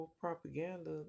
propaganda